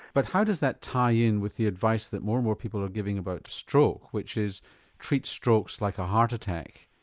but how does that tie in with the advice that more and more people are giving about stroke which is treat strokes like a heart attack,